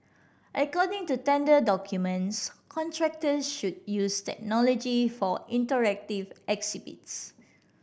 according to tender documents contractor should use technology for interactive exhibits